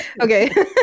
Okay